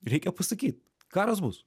reikia pasakyt karas bus